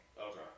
Okay